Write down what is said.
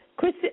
Chris